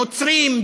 נוצרים,